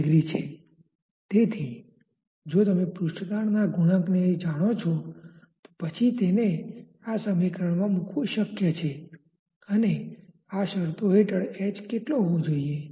તેથી જો તમે પૃષ્ઠતાણના ગુણાંકને જાણો છો તો પછી તેને આ સમીકરણમાં મૂકવું શક્ય છે અને આ શરતો હેઠળ h કેટલો હોવો જોઈએ